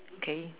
okay